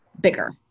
bigger